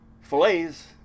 fillets